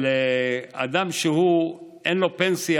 אבל אדם שאין לו פנסיה,